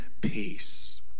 peace